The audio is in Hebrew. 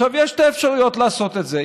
יש שתי אפשרויות לעשות את זה.